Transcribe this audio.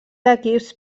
equips